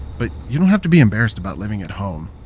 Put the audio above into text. but you don't have to be embarrassed about living at home.